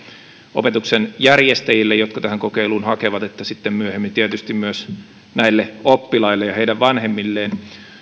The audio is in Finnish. opetuksen järjestäjille jotka tähän kokeiluun hakevat että sitten myöhemmin tietysti myös näille oppilaille ja heidän vanhemmilleen